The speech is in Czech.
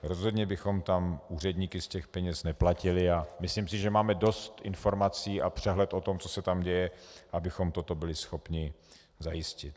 Rozhodně bychom tam úředníky z těch peněz neplatili a myslím si, že máme dost informací a přehled o tom, co se tam děje, abychom toto byli schopni zajistit.